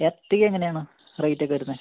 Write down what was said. Ertiga എങ്ങനെയാണ് rate ഒക്കെ വരുന്നത്